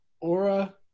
Aura